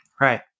Right